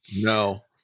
no